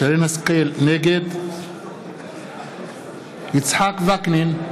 נגד יצחק וקנין,